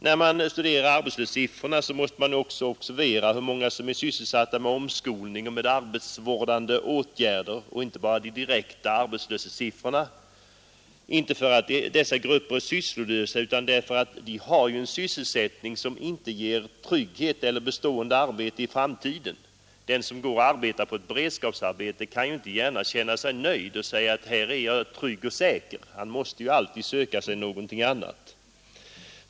När man studerar arbetslöshetssiffrorna måste man också observera hur många som är sysselsatta med omskolning och med arbetsvårdande åtgärder och inte bara de direkta arbetslöshetssiffrorna — inte därför att dessa grupper är sysslolösa utan därför att de har en sysselsättning som inte ger trygghet eller bestående arbete i framtiden. Den som arbetar på ett beredskapsarbete kan ju inte gärna känna sig nöjd och säga sig att han är trygg och säker. Han måste ju alltid söka sig någonting annat.